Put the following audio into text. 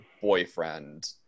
boyfriend